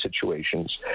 situations